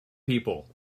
people